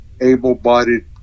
able-bodied